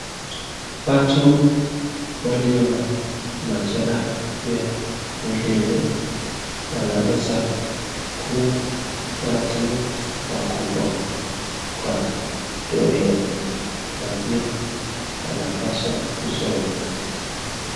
Watu walio na majeraha pia mwilini, wanaweza kuwa watu wakubwa kwa dunia na pia wanapaswa kusoma.